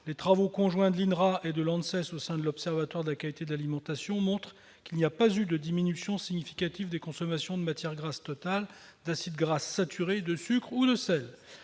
les travaux conjoints de l'INRA et de l'ANSES, au sein de l'Observatoire de la qualité de l'alimentation, montrent qu'il n'y a pas eu de diminution significative de la consommation de matières grasses totales, d'acides gras saturés, de sucre ou de sel.